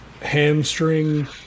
hamstring